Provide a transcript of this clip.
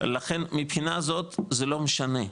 לכן מבחינה הזאת זה לא משנה,